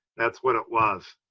that's what it was.